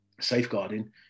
safeguarding